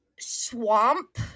Swamp